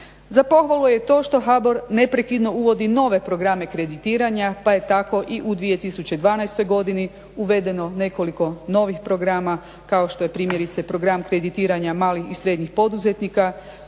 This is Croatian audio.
Za pohvalu je i to što HBOR neprekidno uvodi nove programe kreditiranja pa je tako i u 2012. godini uvedeno nekoliko novih programa kao što je primjerice program kreditiranja malih i srednjih poduzetnika